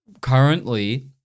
currently